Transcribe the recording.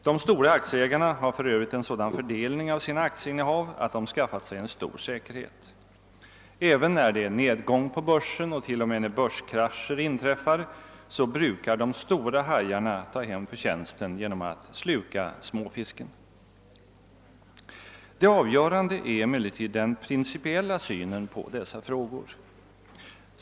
De stora aktieägarna har för övrigt en sådan fördelning av sina aktieinnehav att de skaffat sig en stor säkerhet. Även när börskrascher inträffar brukar de stora hajarna ta hem förtjänsten genom att sluka småfisken. Det avgörande är emellertid den principiella synen på dessa frågor.